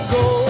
go